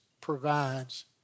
provides